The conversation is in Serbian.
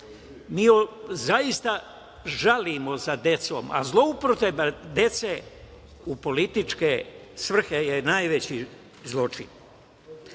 Mi zaista žalimo za decom, a zloupotreba dece u političke svrhe je najveći zločin. Dalje,